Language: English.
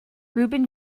rubin